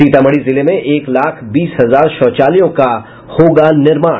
सीतामढ़ी जिले में एक लाख बीस हजार शौचालयों का होगा निर्माण